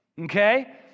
Okay